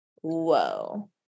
whoa